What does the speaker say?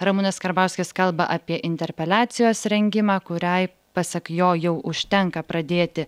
ramūnas karbauskis kalba apie interpeliacijos rengimą kuriai pasak jo jau užtenka pradėti